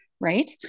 right